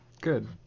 Good